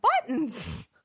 buttons